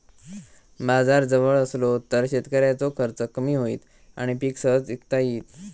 बाजार जवळ असलो तर शेतकऱ्याचो खर्च कमी होईत आणि पीक सहज इकता येईत